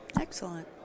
Excellent